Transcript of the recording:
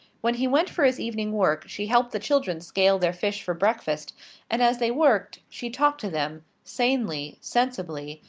when he went for his evening work, she helped the children scale their fish for breakfast and as they worked she talked to them, sanely, sensibly,